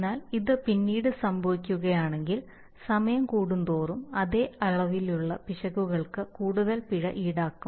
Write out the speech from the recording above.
എന്നാൽ ഇത് പിന്നീട് സംഭവിക്കുകയാണെങ്കിൽ സമയം കൂടുന്തോറും അതേ അളവിലുള്ള പിശകുകൾക്ക് കൂടുതൽ പിഴ ഈടാക്കും